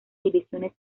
divisiones